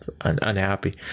unhappy